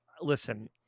listen